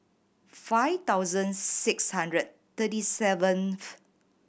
five thousand six hundred thirty seventh